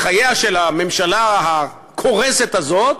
לחייה של הממשלה הקורסת הזאת,